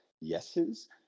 yeses